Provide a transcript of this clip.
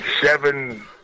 seven